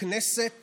לכנסת